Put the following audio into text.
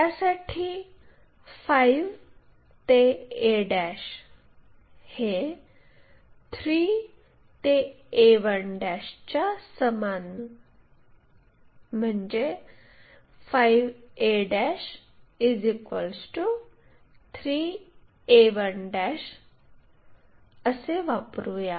त्यासाठी 5 ते a हे 3 ते a1 च्या समान म्हणजे 5 a 3 a1 असे वापरुया